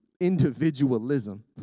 individualism